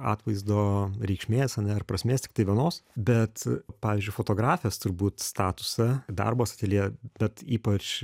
atvaizdo reikšmės ar ne ir prasmės tiktai vienos bet pavyzdžiui fotografės turbūt statusą darbas ateljė bet ypač